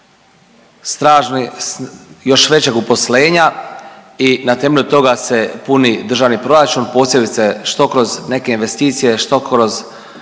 još većeg uposlenja i na temelju toga se puni državni proračun, posebice što kroz neke investicije, što kroz